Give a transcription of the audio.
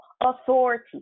authority